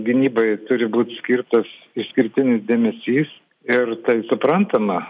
gynybai turi būt skirtas išskirtinis dėmesys ir tai suprantama